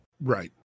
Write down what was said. Right